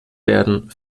werden